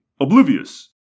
oblivious